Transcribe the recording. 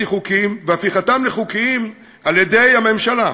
חוקיים והפיכתם לחוקיים על-ידי הממשלה.